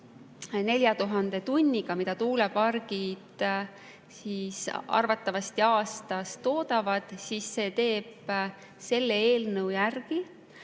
4000 tunniga, mida tuulepargid arvatavasti aastas toodavad, siis see teeb selle eelnõu järgi